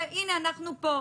והינה אנחנו פה.